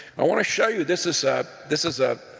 i want to show you, this is ah this is a